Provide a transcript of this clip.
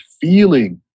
feeling